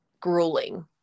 grueling